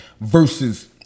Versus